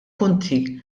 punti